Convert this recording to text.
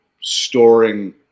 storing